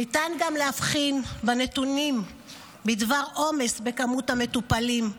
ניתן גם להבחין בנתונים בדבר עומס בכמות המטופלים.